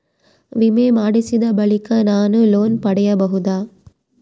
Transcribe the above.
ವಿಮೆ ಮಾಡಿಸಿದ ಬಳಿಕ ನಾನು ಲೋನ್ ಪಡೆಯಬಹುದಾ?